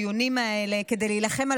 מי שלא מגיעים לדיונים האלה כדי להילחם על